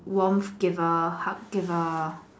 warm giver hug giver